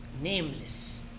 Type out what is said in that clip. nameless